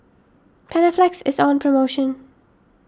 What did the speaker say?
Panaflex is on promotion